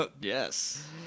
Yes